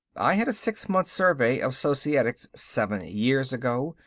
i had a six-months survey of societics seven years ago,